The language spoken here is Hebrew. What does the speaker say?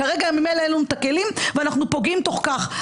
כרגע ממילא אין לנו את הכלים ואנחנו תוך כך פוגעים.